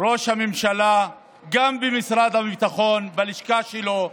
ראש הממשלה, גם במשרד הביטחון, בלשכה שלו,